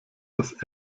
das